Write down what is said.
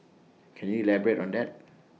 can you elaborate on that